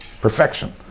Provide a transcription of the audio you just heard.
perfection